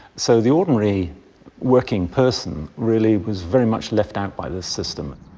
so, the ordinary working person really was very much left out by this system.